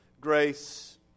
grace